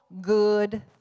good